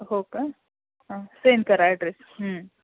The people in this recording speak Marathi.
हो का ह सेंड करा ॲड्रेस